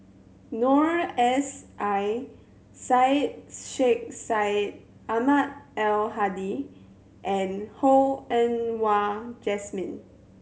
Noor S I Syed Sheikh Syed Ahmad Al Hadi and Ho Yen Wah Jesmine